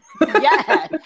Yes